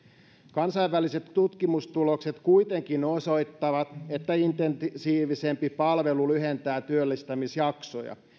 kansainväliset tutkimustulokset kuitenkin osoittavat että intensiivisempi palvelu lyhentää työllistämisjaksoja